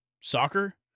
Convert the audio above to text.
soccer